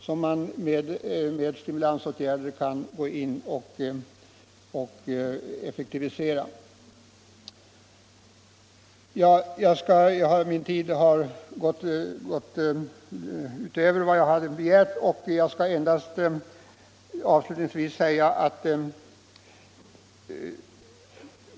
Här finns det alltså ett område som inte uppmärksammats tillräckligt och där stimulansåtgärder skulle vara effektiva.